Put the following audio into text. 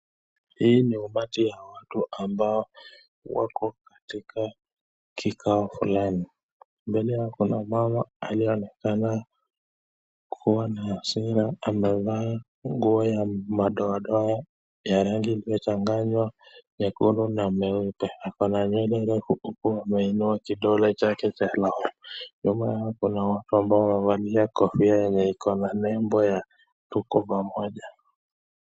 Hii ni umati ya watu ambao wako katika kikao fulani, mbele yao kuna mama aliyeonekana kuwa na hasira amevaa nguo ya madoadoa ya rangi imechanganywa nyekundu na nyeupe, ako na nwyele refu huku ameinua kidole chake cha lawama, nyuma yake kuna watu wamevalia kofia yenye iko na nembo ya tuko pamoja.